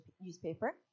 newspaper